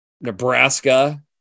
Nebraska